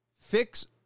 fix